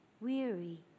weary